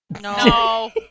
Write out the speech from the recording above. No